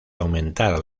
aumentar